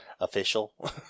official